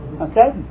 Okay